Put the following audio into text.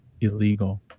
illegal